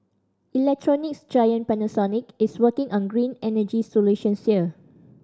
electronics giant Panasonic is working on green energy solutions here